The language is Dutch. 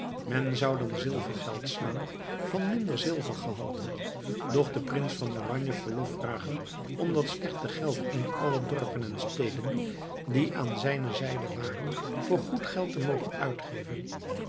men zou dan zilvergeld slaan van minder zilver gehalte doch den prins van oranje verlof vragen om dat slechtere geld in alle dorpen en steden die aan zijne zijde waren voor goed geld te mogen uitgeven